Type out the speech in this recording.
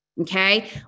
Okay